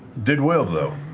did well though.